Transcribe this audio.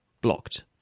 blocked